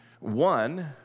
one